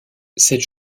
cette